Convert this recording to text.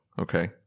okay